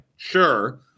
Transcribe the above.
Sure